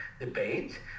debate